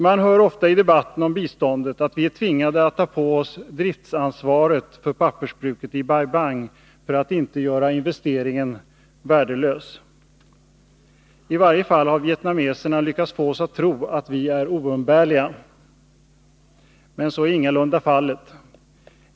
Man hör ofta i debatten om biståndet att vi är tvingade att ta på oss ansvaret för driften vid pappersbruket i Bai Bang för att inte göra investeringen värdelös. I varje fall har vietnameserna lyckats få oss att tro att vi är oumbärliga. Men så är ingalunda fallet.